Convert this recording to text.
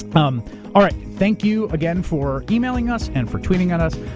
um all right, thank you again for emailing us and for tweeting at us.